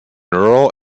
rural